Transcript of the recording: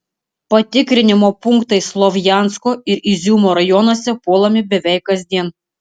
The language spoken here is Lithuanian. patikrinimo punktai slovjansko ir iziumo rajonuose puolami beveik kasdien